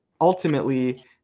ultimately